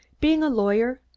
being a lawyer,